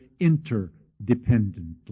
interdependently